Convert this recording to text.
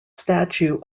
statue